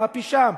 מה פשעם?